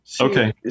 Okay